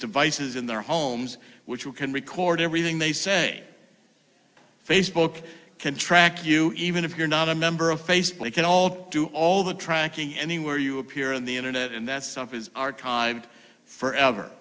devices in their homes which you can record everything they say facebook can track you even if you're not a member of faceplate can all do all the tracking anywhere you appear on the internet and that stuff is archived forever